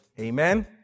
Amen